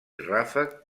ràfec